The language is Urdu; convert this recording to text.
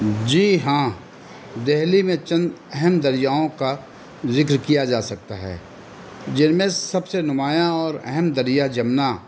جی ہاں دہلی میں چند اہم دریاؤں کا ذکر کیا جا سکتا ہے جن میں سب سے نمایاں اور اہم دریا جمنا